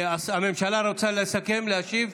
הממשלה רוצה לסכם ולהשיב?